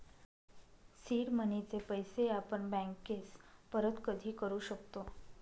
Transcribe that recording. seed मनीचे पैसे आपण बँकेस परत कधी करू शकतो